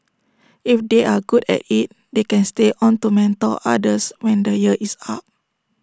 if they are good at IT they can stay on to mentor others when the year is up